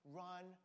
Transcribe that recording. run